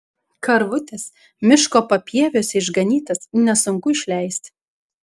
karvutes miško papieviuose išganytas nesunku išleisti